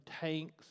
tanks